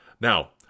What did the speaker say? Now